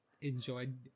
enjoyed